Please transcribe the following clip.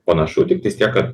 panašu tiktais tiek kad